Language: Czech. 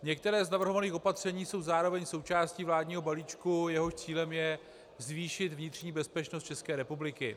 Některá z navrhovaných opatření jsou zároveň součástí vládního balíčku, jehož cílem je zvýšit vnitřní bezpečnost České republiky.